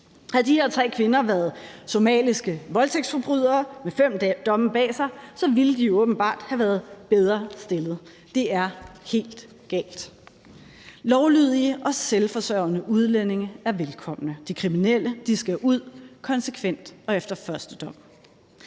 Havde de her tre kvinder været somaliske voldtægtsforbrydere med fem domme bag sig, ville de åbenbart have været bedre stillet. Det er helt galt. Lovlydige og selvforsørgende udlændinge er velkomne. De kriminelle skal ud konsekvent og efter første dom.